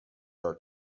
are